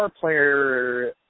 player